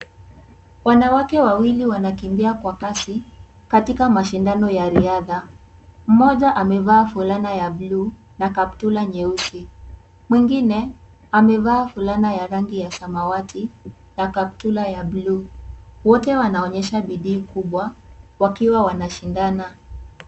Wanawake wawili wanakimbia kwa kasi katika mashindano ya riadha. Mmoja amevaa fulana ya bluu na kaptura nyeusi. Mwingine amevaa fulana ya rangi ya samawati na kaptura ya bluu. Wote wanaonyesha bidii kubwa wakiwa wanashindana.